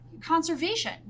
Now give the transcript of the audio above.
conservation